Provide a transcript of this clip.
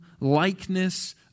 likeness